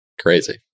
crazy